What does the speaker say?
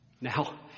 Now